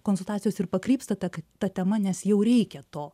konsultacijos ir pakrypsta ta tema nes jau reikia to